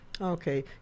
okay